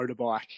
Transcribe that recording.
motorbike